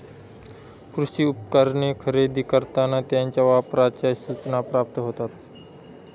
कृषी उपकरणे खरेदी करताना त्यांच्या वापराच्या सूचना प्राप्त होतात